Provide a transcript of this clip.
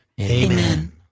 Amen